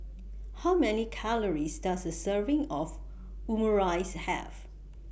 How Many Calories Does A Serving of Omurice Have